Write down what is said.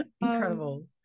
incredible